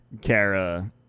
Kara